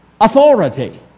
authority